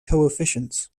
coefficients